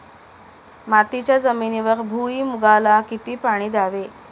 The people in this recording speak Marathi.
मातीच्या जमिनीवर भुईमूगाला किती पाणी द्यावे?